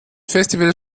festival